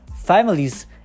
families